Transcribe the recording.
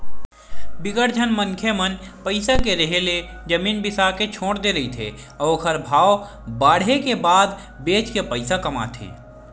बिकट झन मनखे मन पइसा के रेहे ले जमीन बिसा के छोड़ दे रहिथे अउ ओखर भाव बाड़हे के बाद बेच के पइसा कमाथे